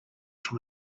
from